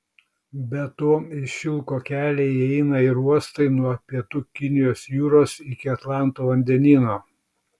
be to į šilko kelią įeina ir uostai nuo pietų kinijos jūros iki atlanto vandenyno